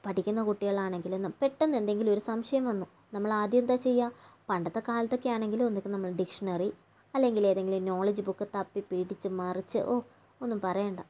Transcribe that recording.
പഠിക്കുന്ന കുട്ടികളാണെങ്കിലും പെട്ടെന്ന് എന്തെങ്കിലും ഒരു സംശയം വന്നു നമ്മളാദ്യം എന്താ ചെയ്യുക പണ്ടത്തെ കാലത്തൊക്കെയാണെങ്കിൽ ഒന്നുകിൽ നമ്മൾ ഡിക്ഷണറി അല്ലെങ്കിൽ ഏതെങ്കിലും ഒരു നോളേജ് ബുക്ക് തപ്പിപ്പിടിച്ച് മറിച്ച് ഓ ഒന്നും പറയണ്ട